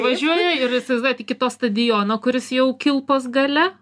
važiuoja ir įsivaizduojat iki to stadiono kuris jau kilpos gale